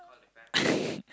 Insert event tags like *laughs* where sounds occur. *laughs*